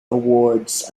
awards